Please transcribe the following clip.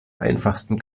einfachsten